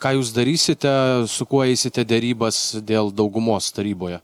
ką jūs darysite su kuo eisite derybas dėl daugumos taryboje